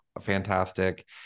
fantastic